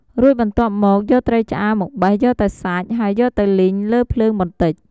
រួចបន្ទាប់មកយកត្រីឆ្អើរមកបេះយកតែសាច់ ហើយយកទៅលីងលើភ្លើងបន្តិច។